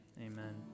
Amen